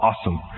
awesome